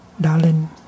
Darling